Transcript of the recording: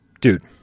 Dude